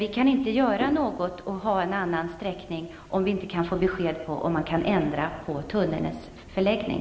Vi kan inte göra något och få en annan sträckning om vi inte kan få besked om man kan ändra tunnelns förläggning